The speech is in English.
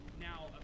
Now